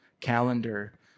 Calendar